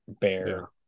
Bear